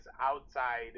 outside